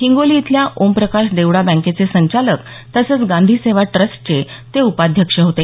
हिंगोली इथल्या ओमप्रकाश देवडा बँकेचे संचालक तसंच गांधी सेवा ट्रस्टचे ते उपाध्यक्ष होते